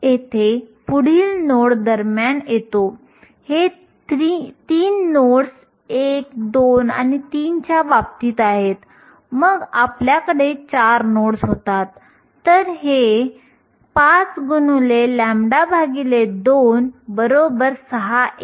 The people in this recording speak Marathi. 0 केल्विनवर सिलिकॉनच्या बाबतीत आपण Eg म्हणतो सामान्य तपमानावर Eg चे मूल्य सुमारे 1